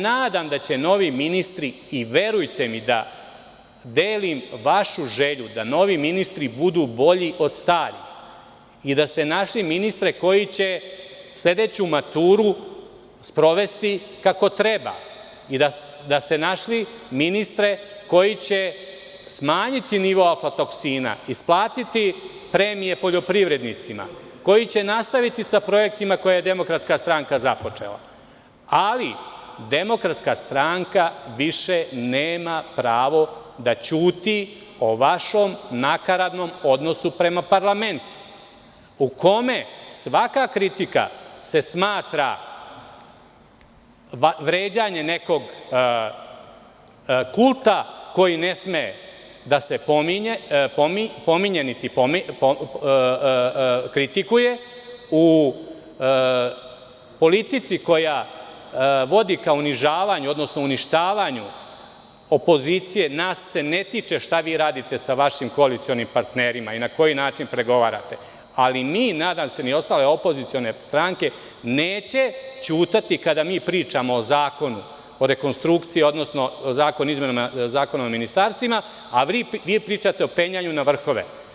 Nadam se da će novi ministri i verujte mi, da delim vašu želju da novi budu od starih i da ste našli ministre koji će sledeću maturu sprovesti kako treba i da ste našli ministre koji će smanjiti nivo aflatoksina, isplatiti premije poljoprivrednicima, koji će nastaviti sa projektima koje je DS započela, ali DS više nema pravo da ćuti o vašem nakaradnom odnosu prema parlamentu u kome svaka kritika se smatra, vređanje nekog kulta koji ne sme da se pominje, niti kritikuje u politici koja vodi ka unižavanju, ka uništavanju opozicije, nas se ne tiče šta vi radite sa vašim koalicionim partnerima i na koji način pregovarate, ali nadam se da ni ostale opozicione stranke neće ćutati kada mi pričamo o zakonu, o rekonstrukciji, odnosno o zakonu o ministarstvima, a vi pričate o penjanju na vrhove.